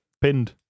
pinned